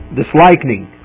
disliking